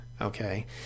okay